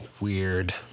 weird